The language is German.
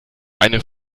eine